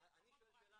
זה פחות פרקטי.